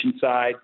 side